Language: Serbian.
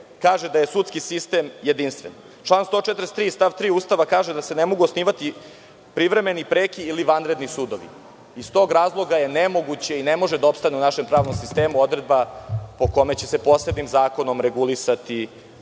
kaže da je sudski sistem jedinstven. Član 143. stav 3. Ustava kaže da se ne mogu osnivati privremeni, preki ili vanredni sudovi. Iz tog razloga je nemoguće i ne može da opstane u našem pravnom sistemu odredba po kojoj će se posebnim zakonom regulisati